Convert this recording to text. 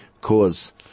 cause